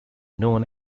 known